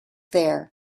there